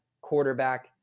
quarterback